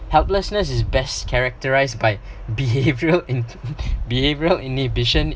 helplessness is best characterised by behaviour in behavioural inhibition